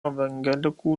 evangelikų